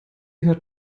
hört